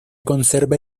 conserva